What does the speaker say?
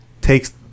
takes